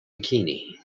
bikini